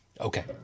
Okay